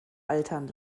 altern